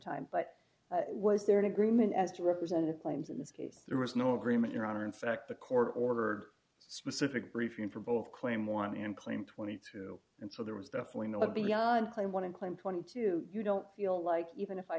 time but was there an agreement as representative claims in this case there was no agreement your honor in fact the court ordered specific briefing for both claim one and claim twenty two and so there was definitely no beyond claim want to claim twenty two you don't feel like even if i